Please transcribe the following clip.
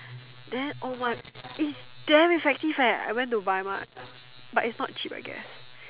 then oh my is damn effective eh I went to buy mart but is not cheap I guess